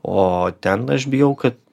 o ten aš bijau kad